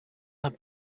have